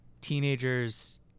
teenagers